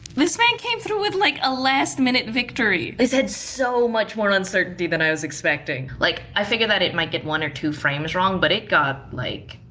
this man came through with like a last-minute victory. this had so much more uncertainty than i was expecting. like, i figured that it might get one or two frames wrong, but it got, like,